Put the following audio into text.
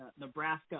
Nebraska